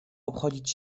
obchodzić